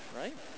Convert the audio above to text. right